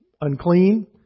unclean